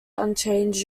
unchanged